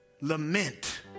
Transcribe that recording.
lament